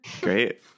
Great